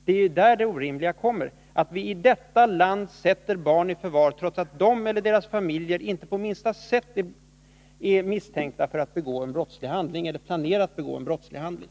Det är där det orimliga ligger, nämligen att vi i detta land sätter barn i förvar trots att de eller deras familjer inte på minsta sätt är misstänkta för att begå en brottslig handling eller planerar att begå en brottslig handling.